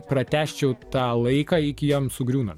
pratęsčiau tą laiką iki jam sugriūnant